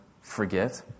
forget